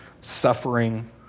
suffering